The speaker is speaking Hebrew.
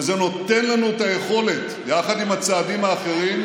וזה נותן לנו את היכולת, יחד עם הצעדים האחרים,